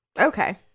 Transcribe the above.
okay